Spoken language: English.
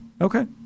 Okay